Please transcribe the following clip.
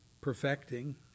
Perfecting